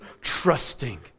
trusting